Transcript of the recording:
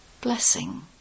Blessing